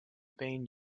been